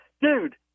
dude